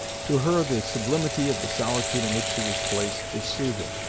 to her the sublimity of the solitude in which she was placed, was soothing,